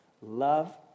Love